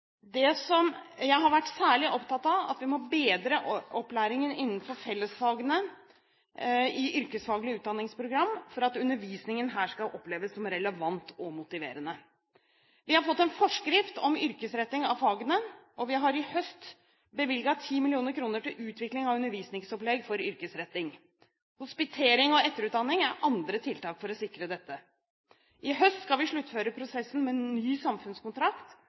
Jeg har vært særlig opptatt av at vi må bedre opplæringen innenfor fellesfagene i yrkesfaglige utdanningsprogram for at undervisningen her skal oppleves som relevant og motiverende. Vi har fått en forskrift om yrkesretting av fagene, og vi har i høst bevilget 10 mill. kr til utvikling av undervisningsopplegg for yrkesretting. Hospitering og etterutdanning er andre tiltak for å sikre dette. I høst skal vi sluttføre prosessen med en ny samfunnskontrakt,